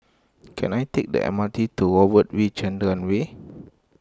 can I take the M R T to Robert V Chandran Way